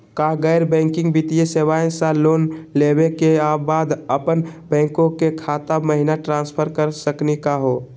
का गैर बैंकिंग वित्तीय सेवाएं स लोन लेवै के बाद अपन बैंको के खाता महिना ट्रांसफर कर सकनी का हो?